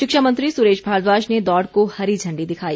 शिक्षा मंत्री सुरेश भारद्वाज ने दौड़ को हरी झण्डी दिखाई